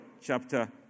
chapter